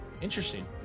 interesting